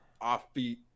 offbeat